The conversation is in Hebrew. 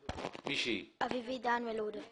אביבית דן מלוד.